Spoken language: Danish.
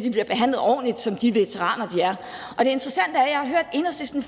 hjem, bliver behandlet ordentligt som de veteraner, de er. Det interessante er, at jeg flere gange har hørt Enhedslisten